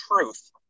truth